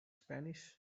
spanish